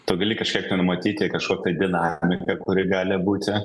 tu gali kažkiek ten matyti kažkokią dinamiką kuri gali būti